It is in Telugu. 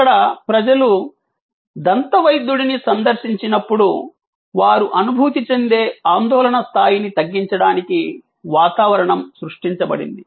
అక్కడ ప్రజలు దంతవైద్యుడిని సందర్శించినప్పుడు వారు అనుభూతి చెందే ఆందోళన స్థాయిని తగ్గించడానికి వాతావరణం సృష్టించబడింది